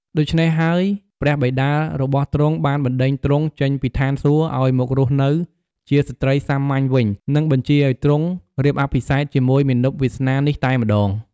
ដូច្នេះហើយ ព្រះបិតារបស់ទ្រង់បានបណ្ដេញទ្រង់ចេញពីឋានសួគ៌ឲ្យមករស់នៅ ជាស្រ្តីសាមញ្ញវិញ និងបញ្ជាឲ្យទ្រង់រៀបអភិសេកជាមួយមាណពវាសនានេះតែម្ដង។